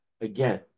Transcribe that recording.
Again